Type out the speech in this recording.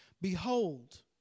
Behold